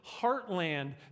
heartland